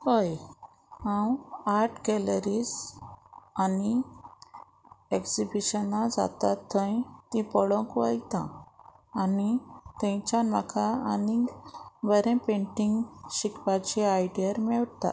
हय हांव art galleries आनी एग्जिबिशनां जातात थंय तीं पळोवंक वयतां आनी थंयच्यान म्हाका आनीक बरें पेंटींग शिकपाची आयडिया मेवता